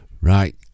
Right